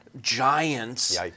giants